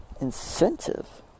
incentive